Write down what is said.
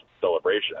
celebration